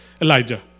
Elijah